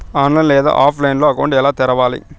online లేదా ఆఫ్లైన్లో account ఎలా తెరవాలి